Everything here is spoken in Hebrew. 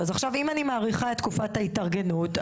אם אני מאריכה את תקופת ההתארגנות,